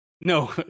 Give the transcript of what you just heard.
No